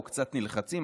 או קצת נלחצים,